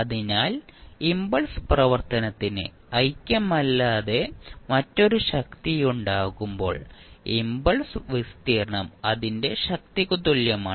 അതിനാൽ ഇംപൾസ് പ്രവർത്തനത്തിന് ഐക്യമല്ലാതെ മറ്റൊരു ശക്തിയുണ്ടാകുമ്പോൾ ഇംപൾസ് വിസ്തീർണ്ണം അതിന്റെ ശക്തിക്ക് തുല്യമാണ്